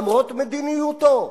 למרות מדיניותו,